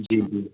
जी जी